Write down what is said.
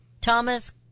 Thomas